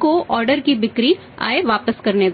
को ऑर्डर की बिक्री आय वापस करने दें